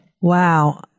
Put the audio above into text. Wow